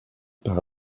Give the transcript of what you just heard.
par